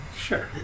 Sure